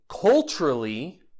culturally